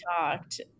talked